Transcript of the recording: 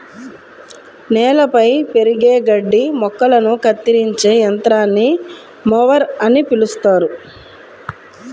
నేలపై పెరిగే గడ్డి మొక్కలను కత్తిరించే యంత్రాన్ని మొవర్ అని పిలుస్తారు